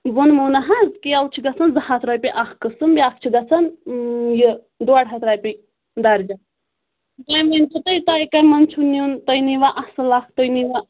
ووٚنمو نہ حظ کیلہٕ چھِ گژھان زٕ ہَتھ رۄپیہِ اَکھ قٕسٕم بیٛاکھ چھِ گژھان یہِ ڈۄڈ ہَتھ رۄپیہِ دَرجَن یِم یِم چھِ تہٕ تۄیہِ کَمہِ منٛز چھُ نیُن تُہۍ نیٖوا اَصٕل اَکھ تُہۍ نیٖوا